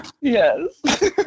Yes